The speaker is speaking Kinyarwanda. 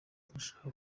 turashaka